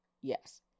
yes